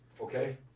okay